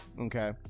Okay